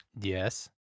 Yes